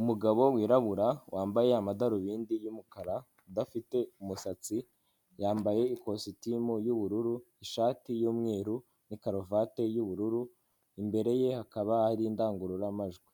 Umugabo wirabura, wambaye amadarubindi y'umukara, udafite umusatsi, yambaye ikositimu y'ubururu, ishati y'umweru, n'ikaruvate y'ubururu, imbere ye hakaba hari indangururamajwi.